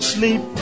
Sleep